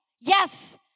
Yes